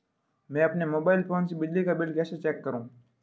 मैं अपने mobile phone से बिजली का बिल कैसे चेक करूं?